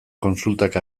kontsultak